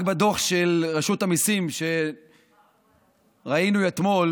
בדוח של רשות המיסים שראינו אתמול